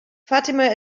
fatima